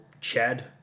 Chad